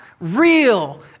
real